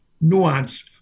nuance